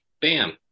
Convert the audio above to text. Bam